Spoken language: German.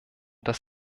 dass